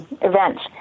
events